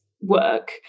work